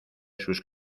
sus